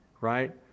right